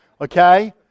Okay